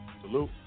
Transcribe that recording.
Salute